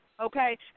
okay